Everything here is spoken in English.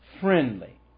friendly